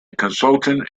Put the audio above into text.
consultant